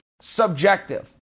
subjective